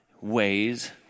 ways